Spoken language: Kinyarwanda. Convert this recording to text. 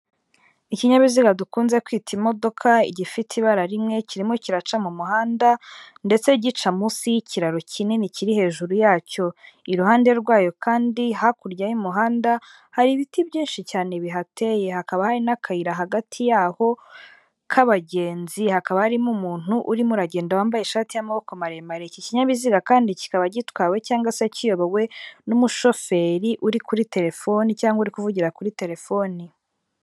Ikinyabiziga dukunze kwita imodoka gifite ibara rimwe kirimo kiraca mu muhanda ndetse gica munsi y'ikiraro kinini kiri hejuru yacyo. Iruhande rwayo kandi hakurya y'umuhanda hari ibiti byinshi cyane bihateye hakaba hari n'akayira hagati yaho k'abagenzi hakaba harimo umuntu urimo uragenda wambaye ishati y'amaboko maremare. Iki kinyabiziga kandi kikaba gitwawe cyangwa se kiyobowe n'umushoferi uri kuri telefoni cyangwa uri kuvugira kuri telefoni.